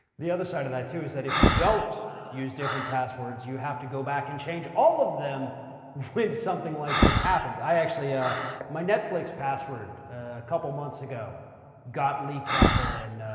the other side of that too is that if you don't use different passwords, you have to go back and change all of them when something like this happens. i actually, ah my netflix password a couple months ago got leaked out there and,